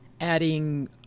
adding